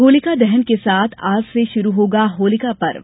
होलिका दहन के साथ आज से शुरू होगा होलिका पर्व